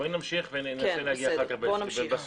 בוא נמשיך, ונראה